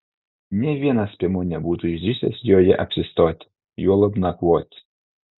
nė vienas piemuo nebūtų išdrįsęs joje apsistoti juolab nakvoti